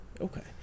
okay